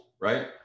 right